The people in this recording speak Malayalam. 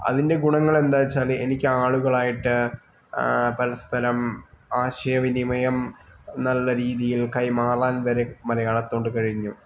അതിന്റെ ഗുണങ്ങൾ എന്താണെന്ന് വച്ചാൽ എനിക്ക് ആളുകളായിട്ട് പരസ്പരം ആശയ വിനിമയം നല്ല രീതിയിൽ കൈമാറാൻ വരെ മലയാളത്തെ കൊണ്ട് കഴിഞ്ഞു